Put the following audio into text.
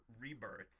Rebirth